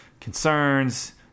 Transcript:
concerns